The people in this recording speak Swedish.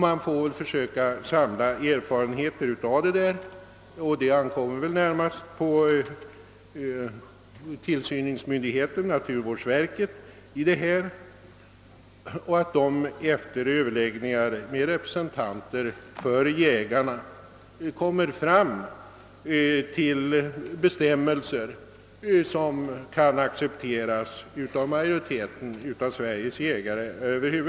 Man får väl försöka samla erfarenheter, och sedan ankommer det väl närmast på tillsynsmyndigheten, d. v. s. naturvårdsverket, att efter överläggningar med representanter för jägarna komma fram till bestämmelser som kan accepteras av majoriteten av Sveriges jägare.